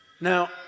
Now